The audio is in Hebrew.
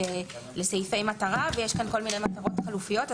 לסעיפי מטרה ויש כאן כל מיני מטרות חלופיות.